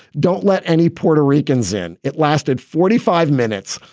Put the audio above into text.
don't let any puerto rican zen. it lasted forty five minutes.